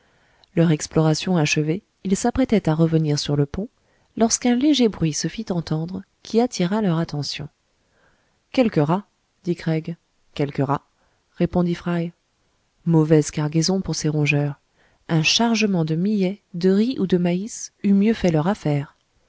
leur exploration achevée ils s'apprêtaient à revenir sur le pont lorsqu'un léger bruit se fit entendre qui attira leur attention quelque rat dit craig quelque rat répondit fry mauvaise cargaison pour ces rongeurs un chargement de millet de riz ou de maïs eût mieux fait leur affaire